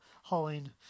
hauling